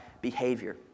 behavior